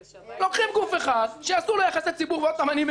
לוקחים גוף אחד שעשו לו יחסי ציבור - ואני מאוד בעד.